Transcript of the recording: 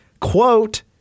quote